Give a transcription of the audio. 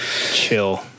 chill